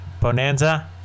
Bonanza